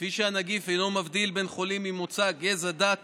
כפי שהנגיף אינו מבדיל בין חולים ממוצא, גזע, דת